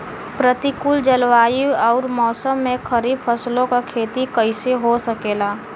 प्रतिकूल जलवायु अउर मौसम में खरीफ फसलों क खेती कइसे हो सकेला?